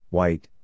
White